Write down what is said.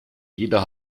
jeder